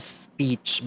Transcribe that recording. speech